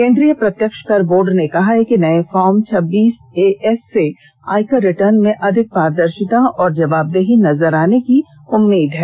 केंद्रीय प्रत्यक्ष कर बोर्ड ने कहा है कि नये फार्म छब्बीस एएस से आयकर रिटर्न में अधिक पारदर्शिता और जवाबदेही नजर आने की उम्मीद है